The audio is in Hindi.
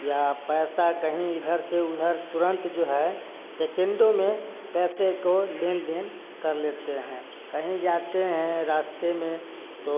या पैसा कहीं इधर से उधर तुरंत जो है सेकंडो में पैसे को लेन देन कर लेते हैं कहीं जाते हैं रास्ते में तो